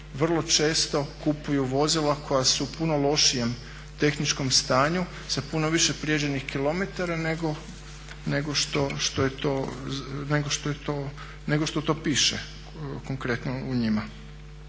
vrlo često kupuju vozila koja su u puno lošijem tehničkom stanju, sa puno više prijeđenih km nego što to piše konkretno u njima.